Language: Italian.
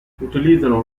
utilizzano